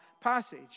passage